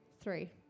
three